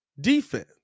defense